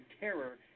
terror